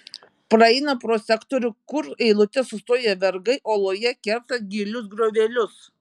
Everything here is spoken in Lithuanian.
praeina pro sektorių kur eilute sustoję vergai uoloje kerta gilius griovelius